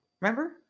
Remember